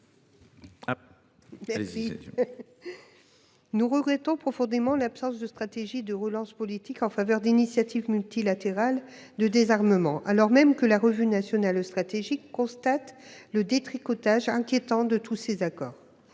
Nous regrettons profondément l'absence de stratégie de relance politique en faveur d'initiatives multilatérales de désarmement, alors même que la revue nationale stratégique constate le détricotage inquiétant de tous ces accords.